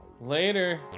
later